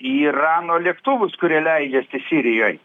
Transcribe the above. į irano lėktuvus kurie leidžiasi sirijoj